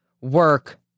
work